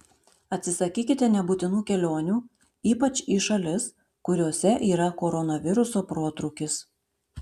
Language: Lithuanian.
atsisakykite nebūtinų kelionių ypač į šalis kuriose yra koronaviruso protrūkis